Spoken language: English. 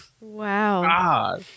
Wow